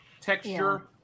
texture